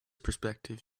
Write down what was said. perspective